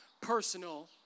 personal